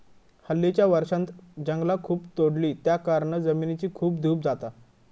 हल्लीच्या वर्षांत जंगला खूप तोडली त्याकारणान जमिनीची धूप खूप जाता